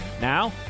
Now